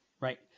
Right